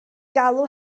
galw